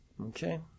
Okay